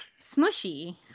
smushy